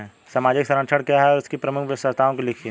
सामाजिक संरक्षण क्या है और इसकी प्रमुख विशेषताओं को लिखिए?